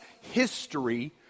history